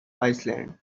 island